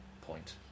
point